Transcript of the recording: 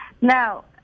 Now